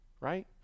right